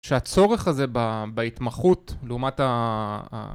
שהצורך הזה בהתמחות לעומת ה...